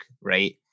right